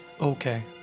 Okay